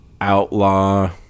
outlaw